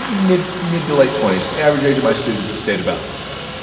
mid mid to late twenty s. the average age of my students has stayed about the same.